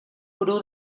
gurú